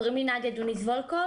קוראים לי נדיה דוניץ וולקוב,